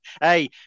Hey